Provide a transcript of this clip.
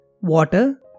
water